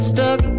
Stuck